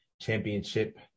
championship